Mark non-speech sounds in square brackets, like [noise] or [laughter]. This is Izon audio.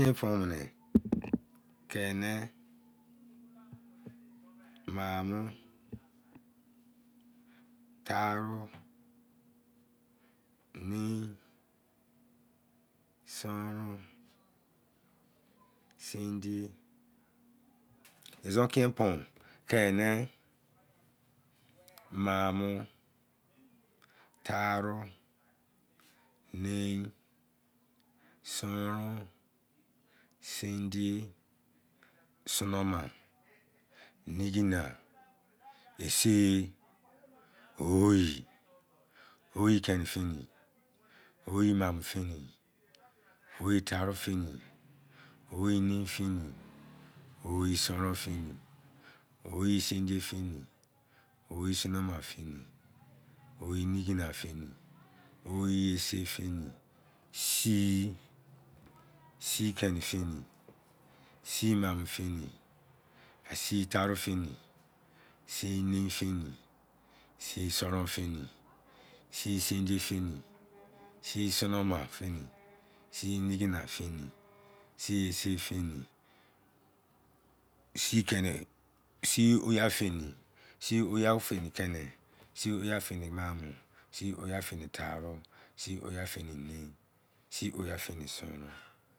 [unintelligible] [noise] keni, maamu, taaru, nein, sonron, sindiye, izon kien poon, keni, maamo, taaru, nien, sonron, sindiye, sonoma, nigina, ise, oyi, oyi keni feni, oyi maamu feni, oyi taaru feni, oyi nein feni, oyi sonron feni, oyi sindiye feni, oyi sonoma feni, oyi oyi ise feni, sii, sii keni feni, sii maamu feni, sii taaru feni, sii nein feni, sii sonron feni, sii sindiye feni, sii sonoma feni, sii nigina feni, sii ise feni, [unintelligible] sii oyi a feni, sii oyi a feni kein, sii oyi a feni maaru, sii oyi a feni taaru, sii oyi a feni nein, sii oyi a feni sonron